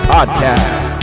Podcast